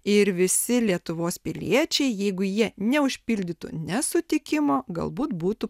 ir visi lietuvos piliečiai jeigu jie neužpildytų nesutikimo galbūt būtų